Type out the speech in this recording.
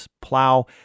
plow